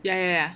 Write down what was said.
ya ya ya